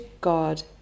God